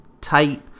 tight